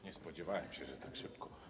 Nie spodziewałem się, że tak szybko.